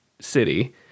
city